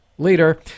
Later